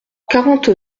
quarante